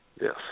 Yes